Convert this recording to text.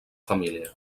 família